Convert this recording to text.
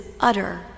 utter